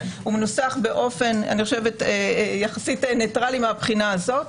הוא מנוסח באופן יחסית ניטרלי מהבחינה הזאת.